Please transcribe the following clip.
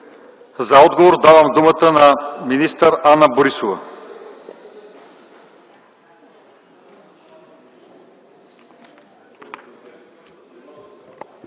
За отговор давам думата на министър Анна-Мария Борисова.